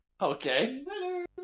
Okay